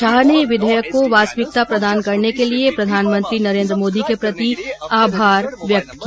शाह ने विधेयक को वास्तविकता प्रदान करने के लिए प्रधानमंत्री नरेन्द्र मोदी के प्रति आभार व्यक्त किया